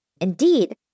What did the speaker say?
Indeed